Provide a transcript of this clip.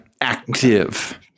Active